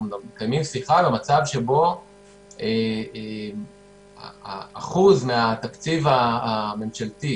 אנחנו מקיימים שיחה במצב שבו אחוז מהתקציב הממשלתי,